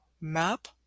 map